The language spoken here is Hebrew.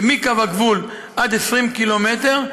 מקו הגבול עד 20 קילומטר,